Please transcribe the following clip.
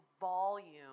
volume